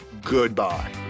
goodbye